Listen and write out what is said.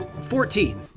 Fourteen